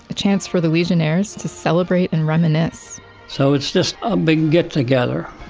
a chance for the legionnaires to celebrate and reminisce so it's just a big get together,